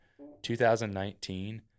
2019